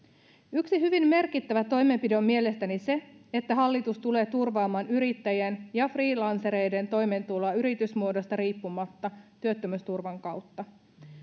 yksi hyvin merkittävä toimenpide on mielestäni se että hallitus tulee turvaamaan yrittäjien ja freelancereiden toimeentuloa yritysmuodosta riippumatta työttömyysturvan kautta